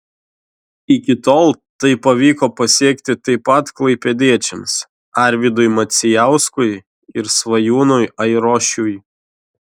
iki tol tai pavyko pasiekti taip pat klaipėdiečiams arvydui macijauskui ir svajūnui airošiui